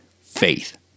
faith